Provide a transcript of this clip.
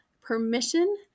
permission